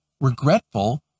regretful